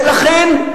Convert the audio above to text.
ולכן,